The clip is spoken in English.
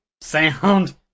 sound